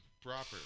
proper